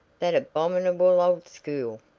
that abominable old school!